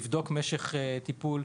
לבדוק משך הטיפול.